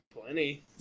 plenty